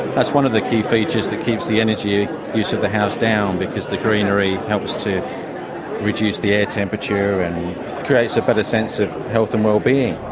that's one of the key features that keeps the energy use of the house down, because the greenery helps to reduce the air temperature and creates a better sense of health and wellbeing.